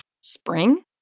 Spring